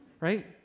Right